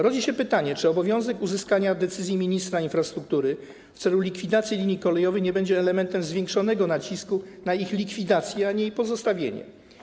Rodzi się pytanie, czy obowiązek uzyskania decyzji ministra infrastruktury w celu likwidacji linii kolejowej nie będzie elementem zwiększonego nacisku na ich likwidację, a nie - na jej pozostawienie.